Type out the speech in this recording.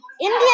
India